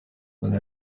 than